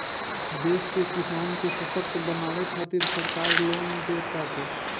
देश के किसान के ससक्त बनावे के खातिरा सरकार लोन देताटे